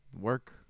Work